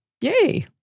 Yay